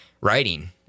writing